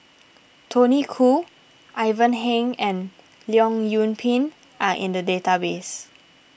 Tony Khoo Ivan Heng and Leong Yoon Pin are in the database